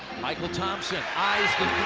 mychel thompson eyes